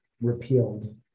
repealed